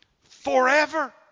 forever